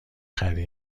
خری